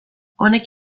honek